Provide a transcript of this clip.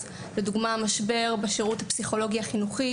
אז לדוגמה המשבר בשירות הפסיכולוגי החינוכי,